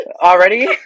already